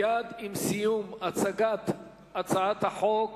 מייד עם סיום הצגת הצעת החוק